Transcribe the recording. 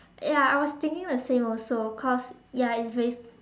ya I was thinking the same also cause ya it's very